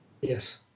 Yes